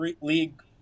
league